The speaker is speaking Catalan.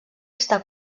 està